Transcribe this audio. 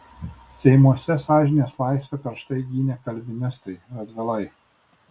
seimuose sąžinės laisvę karštai gynė kalvinistai radvilai